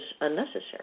unnecessary